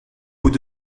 pots